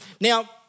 Now